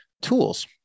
tools